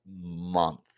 month